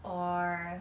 or